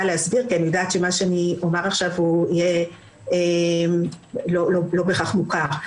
להסביר כי אני יודעת שמה שאומר עכשיו יהיה לא בהכרח מוכר.